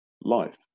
life